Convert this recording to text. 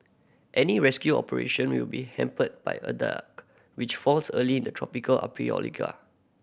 any rescue operation will be hampered by a dark which falls early in the tropical